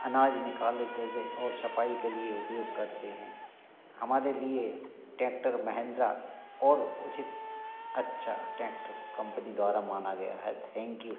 अनाज निकाल लेते थे और सफाई के लिए उपयोग करते हैं हमारे लिए टैक्टर महेन्द्रा और उचित अच्छा टैक्टर कम्पनी द्वारा माना गया है थैंक यू